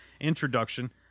introduction